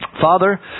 Father